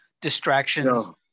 distraction